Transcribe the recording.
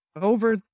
over